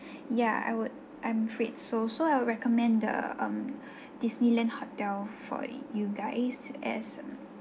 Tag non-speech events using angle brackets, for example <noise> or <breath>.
<breath> yeah I would I'm afraid so so I would recommend the um <breath> disneyland hotel for you guys as